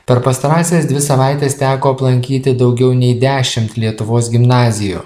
per pastarąsias dvi savaites teko aplankyti daugiau nei dešimt lietuvos gimnazijų